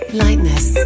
lightness